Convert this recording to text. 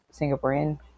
Singaporean